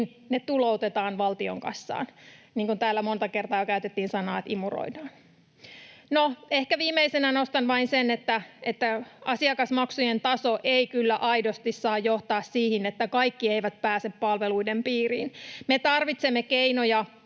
ne tuloutetaan valtion kassaan, niin kuin täällä monta kertaa käytettiin sanaa ”imuroidaan”. No, ehkä viimeisenä nostan vain sen, että asiakasmaksujen taso ei kyllä aidosti saa johtaa siihen, että kaikki eivät pääse palveluiden piiriin. Me tarvitsemme keinoja